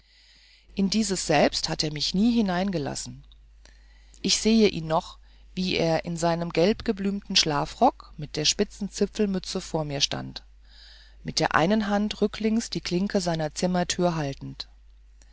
in dieses selbst hat er mich nie hineingelassen ich sehe ihn noch wie er in seinem gelbgeblümten schlafrock mit der spitzen zipfelmütze vor mir stand mit der einen hand rücklings die klinke seiner zimmertür haltend